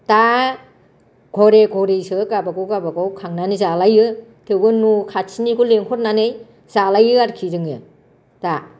दा घरे घरेसो गावबागाव गावबागाव खांलायना जालायो थेउबो न'खाथिनिखौ लेंहरनानै जालायो आरोखि जोङो दा